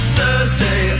Thursday